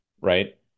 Right